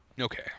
Okay